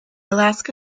alaska